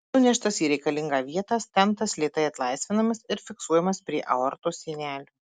nuneštas į reikalingą vietą stentas lėtai atlaisvinamas ir fiksuojamas prie aortos sienelių